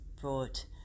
brought